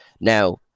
Now